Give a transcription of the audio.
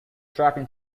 trapped